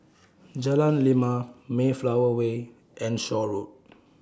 Jalan Lima Mayflower Way and Shaw Road